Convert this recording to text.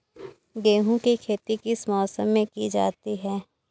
गेहूँ की खेती किस मौसम में की जाती है?